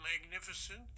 magnificent